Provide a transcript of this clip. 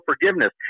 forgiveness